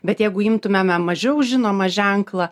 bet jeigu imtumėme mažiau žinomą ženklą